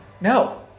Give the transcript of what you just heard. No